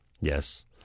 Yes